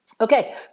Okay